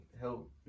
Help